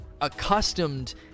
accustomed